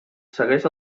segueix